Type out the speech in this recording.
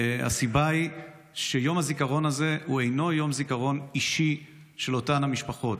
הסיבה היא שיום הזיכרון הזה הוא אינו יום זיכרון אישי של אותן המשפחות.